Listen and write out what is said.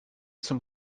zum